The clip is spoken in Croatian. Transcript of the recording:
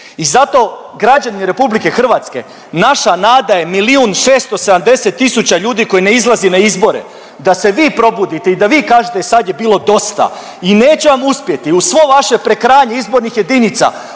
i zato građani Republike Hrvatske naša nada je milijun 670 000 ljudi koji ne izlazi na izbore da se vi probudite i da vi kažete sad je bilo dosta i neće vam uspjeti uz svo vaše prekrajanje izbornih jedinica,